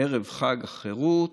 ערב חג החירות,